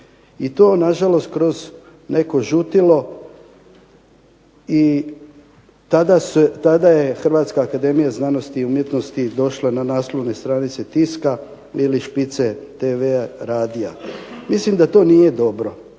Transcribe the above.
I to nažalost kroz neko žutilo i tada je HAZU došla na naslovne stranice tiska ili špice tv-a i radija. Mislim da to nije dobro